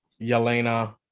Yelena